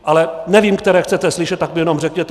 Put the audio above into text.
Ale nevím, které chcete slyšet, tak to jenom řekněte.